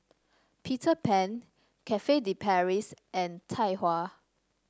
Peter Pan Cafe De Paris and Tai Hua